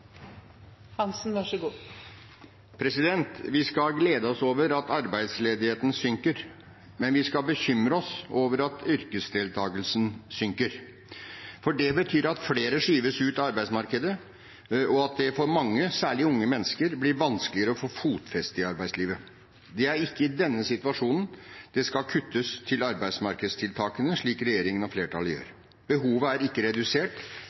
Vi skal glede oss over at arbeidsledigheten synker, men vi skal bekymre oss over at yrkesdeltakelsen synker, for det betyr at flere skyves ut av arbeidsmarkedet, og at det for mange – særlig unge mennesker – blir vanskeligere å få fotfeste i arbeidslivet. Det er ikke i denne situasjonen det skal kuttes til arbeidsmarkedstiltakene, slik regjeringen og flertallet gjør. Behovet er ikke redusert.